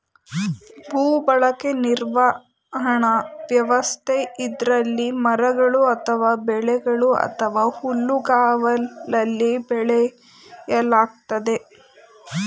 ಭೂಬಳಕೆ ನಿರ್ವಹಣಾ ವ್ಯವಸ್ಥೆ ಇದ್ರಲ್ಲಿ ಮರಗಳು ಅಥವಾ ಬೆಳೆಗಳು ಅಥವಾ ಹುಲ್ಲುಗಾವಲಲ್ಲಿ ಬೆಳೆಯಲಾಗ್ತದೆ